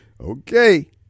okay